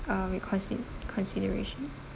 uh we consi~ consideration